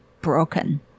broken